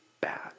bad